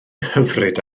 hyfryd